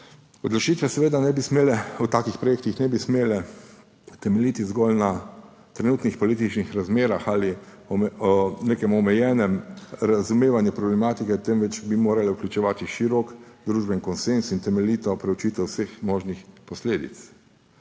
Odločitve seveda ne bi smele v takih projektih ne bi smele temeljiti zgolj na trenutnih političnih razmerah ali nekem omejenem razumevanju problematike, temveč bi morale vključevati širok družbeni konsenz in temeljito preučitev vseh možnih posledic.